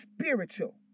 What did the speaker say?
spiritual